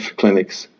clinics